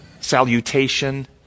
salutation